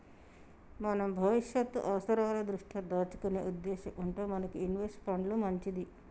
మనం భవిష్యత్తు అవసరాల దృష్ట్యా దాచుకునే ఉద్దేశం ఉంటే మనకి ఇన్వెస్ట్ పండ్లు మంచిది